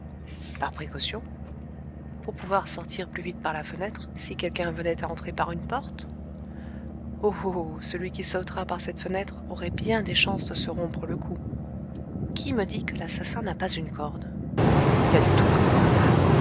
par précaution pour pouvoir sortir plus vite par la fenêtre si quelqu'un venait à entrer par une porte oh oh celui qui sautera par cette fenêtre aurait bien des chances de se rompre le cou qui me dit que l'assassin n'a pas une corde il a dû tout prévoir